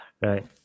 Right